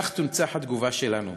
כך תונצח התגובה שלנו.